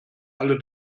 alle